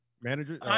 manager